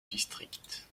district